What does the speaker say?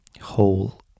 whole